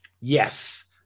Yes